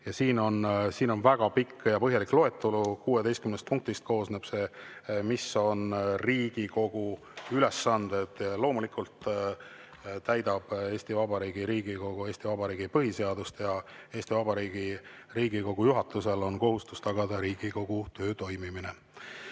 Ja siin on väga pikk ja põhjalik loetelu, 16 punkti, mis on Riigikogu ülesanded. Loomulikult täidab Eesti Vabariigi Riigikogu Eesti Vabariigi põhiseadust ja Eesti Vabariigi Riigikogu juhatusel on kohustus tagada Riigikogu töö toimimine.